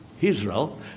Israel